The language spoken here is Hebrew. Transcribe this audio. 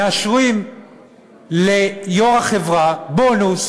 מאשרים ליושב-ראש החברה בונוס